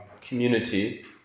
community